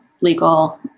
legal